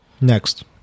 Next